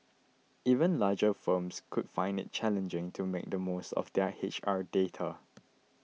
even larger firms could find it challenging to make the most of their H R data